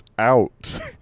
out